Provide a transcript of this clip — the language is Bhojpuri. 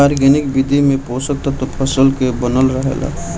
आर्गेनिक विधि में पोषक तत्व फसल के बनल रहेला